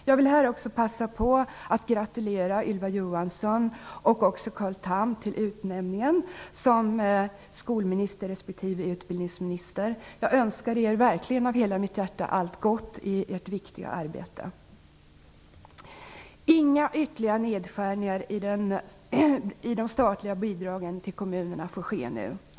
Jag vill också passa på att gratulera Ylva Johansson och Carl Tham till utnämningarna till skolminister respektive utbildningsminister. Jag önskar dem allt gott i deras viktiga arbete. Inga ytterligare nedskärningar får ske i de statliga bidragen till kommunerna.